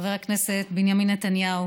חבר הכנסת בנימין נתניהו